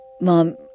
Mom